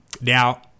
Now